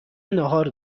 ناهار